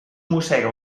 mossega